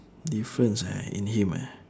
difference ah in him ah